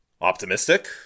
optimistic